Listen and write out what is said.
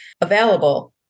available